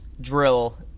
drill